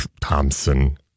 Thompson